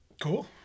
Cool